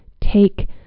Take